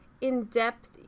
in-depth